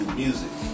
music